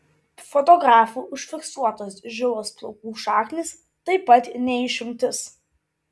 fotografų užfiksuotos žilos plaukų šaknys taip pat ne išimtis